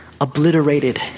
obliterated